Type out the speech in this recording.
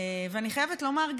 ואני חייבת לומר,